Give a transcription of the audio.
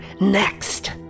Next